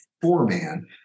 four-man